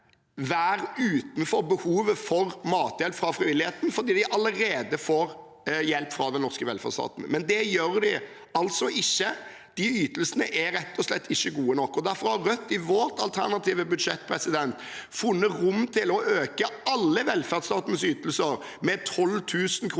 være utenfor behovet for mathjelp fra frivilligheten, fordi de allerede får hjelp fra den norske velferdsstaten, men det er de altså ikke. De ytelsene er rett og slett ikke gode nok. Derfor har Rødt i sitt alternative budsjett funnet rom til å øke alle velferdsstatens ytelser med 12 000 kr